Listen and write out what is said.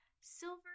Silver